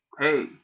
hey